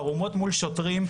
ערומות מול שוטרים.